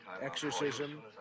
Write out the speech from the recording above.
exorcism